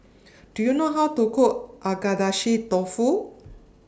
Do YOU know How to Cook Agedashi Dofu